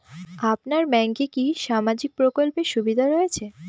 আপনার ব্যাংকে কি সামাজিক প্রকল্পের সুবিধা রয়েছে?